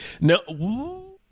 No